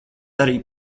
arī